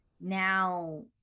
now